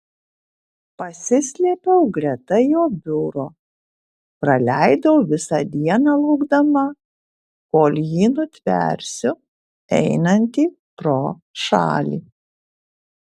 pasislėpiau greta jo biuro praleidau visą dieną laukdama kol jį nutversiu einantį pro šalį